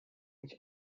which